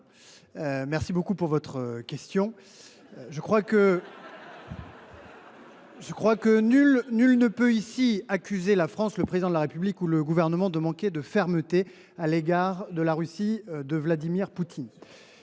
merci beaucoup de votre question ! Je crois que nul ici ne peut accuser la France, le Président de la République ou le Gouvernement de manquer de fermeté à l’égard de la Russie de Vladimir Poutine.